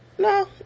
No